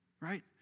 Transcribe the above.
right